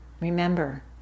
Remember